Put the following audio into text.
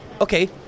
okay